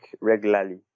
regularly